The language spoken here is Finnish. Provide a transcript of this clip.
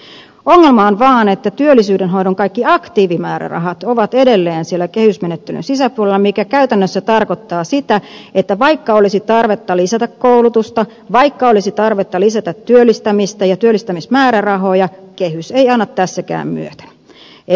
ongelma vain on että työllisyyden hoidon kaikki aktiivimäärärahat ovat edelleen siellä kehysmenettelyn sisäpuolella mikä käytännössä tarkoittaa sitä että vaikka olisi tarvetta lisätä koulutusta vaikka olisi tarvetta lisätä työllistämistä ja työllistämismäärärahoja kehys ei anna tässäkään myöten